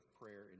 prayer